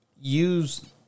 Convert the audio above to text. use